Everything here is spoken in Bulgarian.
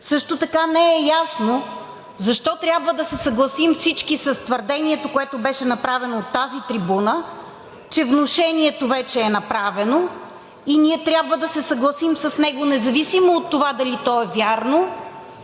Също така не е ясно защо трябва всички да се съгласим с твърдението, което беше направено от тази трибуна, че внушението вече е направено и ние трябва да се съгласим с него, независимо от това дали то е вярно,